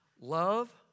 love